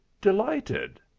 delighted